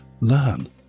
learn